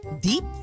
Deep